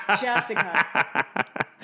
Jessica